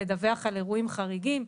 לדווח על אירועים חריגים.